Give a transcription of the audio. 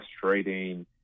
frustrating